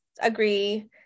agree